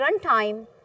runtime